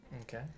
Okay